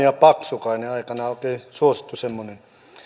ja paksukainen aikanaan oli suosittu semmoinen